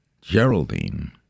Geraldine